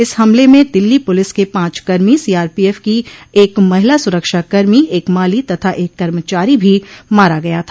इस हमले में दिल्ली पुलिस के पांच कर्मी सीआरपीएफ की एक महिला स्रक्षाकर्मी एक माली तथा एक कर्मचारी भी मारा गया था